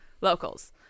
Locals